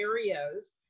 areas